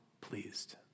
pleased